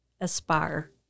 aspire